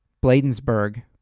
Bladensburg